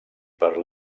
per